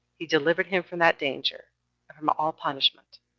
he delivered him from that danger, and from all punishment.